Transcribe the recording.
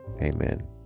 Amen